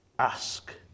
Ask